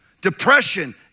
Depression